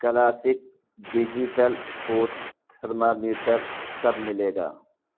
classic digital food thermometer کب ملے گا